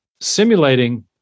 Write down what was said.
simulating